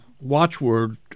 watchword